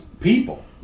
people